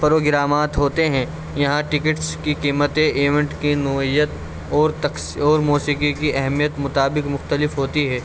پروگرامات ہوتے ہیں یہاں ٹکٹس کی قیمتیں ایونٹ کی نوعیت اور تکس اور موسیقی کی اہمیت کے مطابق مختلف ہوتی ہے